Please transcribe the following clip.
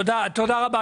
תודה רבה.